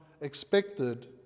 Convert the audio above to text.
expected